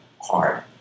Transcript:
hard